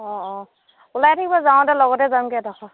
অঁ অঁ ওলাই থাকিব যাওঁতে লগতে যামগৈ এইডোখৰ